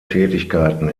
tätigkeiten